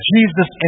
Jesus